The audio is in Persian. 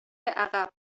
عقب